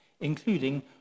including